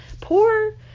poor